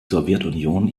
sowjetunion